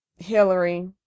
Hillary